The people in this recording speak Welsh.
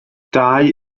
dau